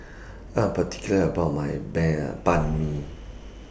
I'm particular about My Ban Ban MI